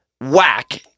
whack